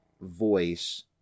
voice